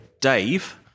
Dave